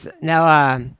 Now